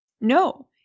No